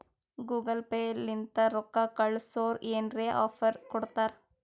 Google Pay ಲಿಂತ ರೊಕ್ಕಾ ಕಳ್ಸುರ್ ಏನ್ರೆ ಆಫರ್ ಕೊಡ್ತಾರ್